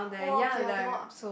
oh okay I cannot